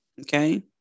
Okay